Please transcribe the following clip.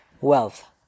wealth